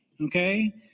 Okay